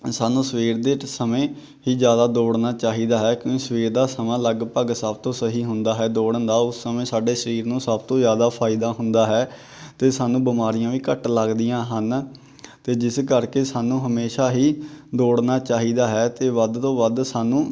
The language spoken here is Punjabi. ਸਾਨੂੰ ਸਵੇਰ ਦੇ ਸਮੇਂ ਹੀ ਜ਼ਿਆਦਾ ਦੌੜਨਾ ਚਾਹੀਦਾ ਹੈ ਕਿਉਂਕਿ ਸਵੇਰ ਦਾ ਸਮਾਂ ਲਗਭਗ ਸਭ ਤੋਂ ਸਹੀ ਹੁੰਦਾ ਹੈ ਦੌੜਨ ਦਾ ਉਸ ਸਮੇਂ ਸਾਡੇ ਸਰੀਰ ਨੂੰ ਸਭ ਤੋਂ ਜ਼ਿਆਦਾ ਫਾਇਦਾ ਹੁੰਦਾ ਹੈ ਅਤੇ ਸਾਨੂੰ ਬਿਮਾਰੀਆਂ ਵੀ ਘੱਟ ਲੱਗਦੀਆਂ ਹਨ ਅਤੇ ਜਿਸ ਕਰਕੇ ਸਾਨੂੰ ਹਮੇਸ਼ਾਂ ਹੀ ਦੌੜਨਾ ਚਾਹੀਦਾ ਹੈ ਅਤੇ ਵੱਧ ਤੋਂ ਵੱਧ ਸਾਨੂੰ